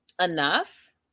enough